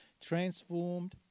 transformed